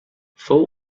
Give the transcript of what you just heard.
fou